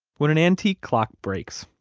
when an antique clock breaks,